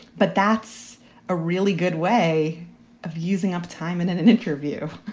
but that's a really good way of using up time and in an interview.